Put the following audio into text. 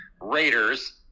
Raiders